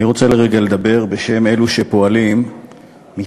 אני רוצה לרגע לדבר בשם אלו שפועלים מתחת,